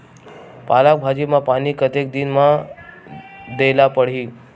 पालक भाजी म पानी कतेक दिन म देला पढ़ही?